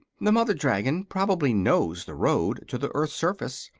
the mother dragon probably knows the road to the earth's surface,